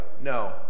No